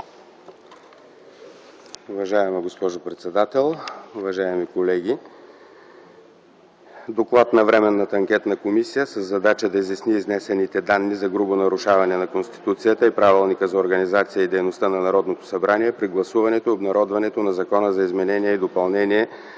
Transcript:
Уважаема госпожо председател, уважаеми колеги! „ДОКЛАД на Временната анкетна комисия със задача да изясни изнесените данни за грубо нарушаване на Конституцията и Правилника за организацията и дейността на Народното събрание при гласуването и обнародването на Закона за изменение и допълнение